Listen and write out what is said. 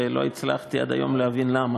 ולא הצלחתי עד היום להבין למה.